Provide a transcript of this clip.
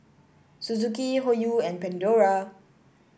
Suzuki Hoyu and Pandora